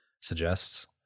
suggests